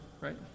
right